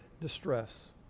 distress